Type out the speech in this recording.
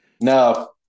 No